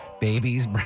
Babies